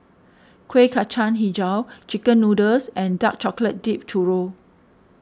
Kueh Kacang HiJau Chicken Noodles and Dark Chocolate Dipped Churro